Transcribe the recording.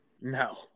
No